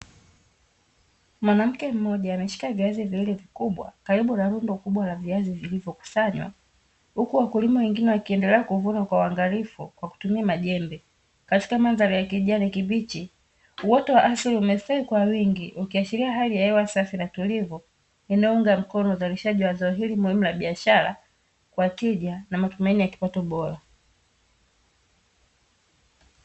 Mwanamke mmoja meshika viazi viwili vikubwa karibu na rundo kubwa la viazi vilivyokusanywa, huku wakulima wengine wakiendelea kuvuna kwa waangalifu kwa kutumia majembe katika mandhari ya kijani kibichi, uoto wa asili umestawi kwa wingi ukiashiria hali ya hewa safi na utulivu inayounga mkono uzalishaji wa zao hili muhimu la biashara kwa tija na matumaini ya kipato bora.